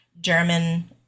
German